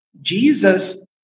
Jesus